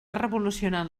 revolucionant